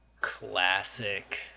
classic